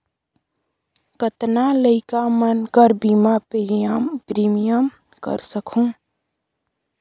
कतना लइका मन कर बीमा प्रीमियम करा सकहुं?